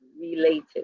related